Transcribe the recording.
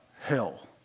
hell